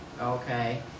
okay